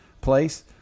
place